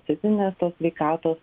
fizinės tos sveikatos